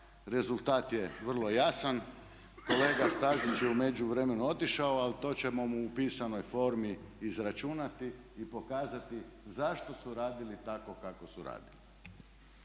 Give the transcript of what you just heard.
rezultat je vrlo jasan. Kolega Stazić je u međuvremenu otišao ali to ćemo mu u pisanoj formi izračunati i pokazati zašto su radili tako kako su radili.